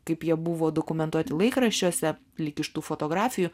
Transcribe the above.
kaip jie buvo dokumentuoti laikraščiuose lyg iš tų fotografijų